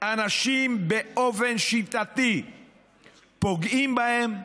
אנשים שבאופן שיטתי פוגעים בהם,